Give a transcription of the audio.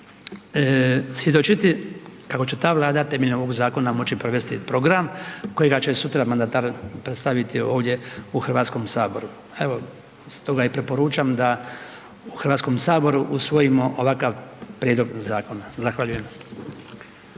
svjedočiti kako će ta vlada temeljem ovog zakona moći provesti program kojega će sutra mandatar predstaviti ovdje u HS-u. Evo, stoga i preporučam da u HS-u usvojimo ovakav prijedlog zakona. Zahvaljujem.